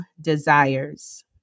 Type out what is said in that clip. desires